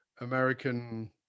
american